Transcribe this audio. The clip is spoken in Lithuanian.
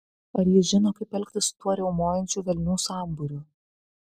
ar jis žino kaip elgtis su tuo riaumojančių velnių sambūriu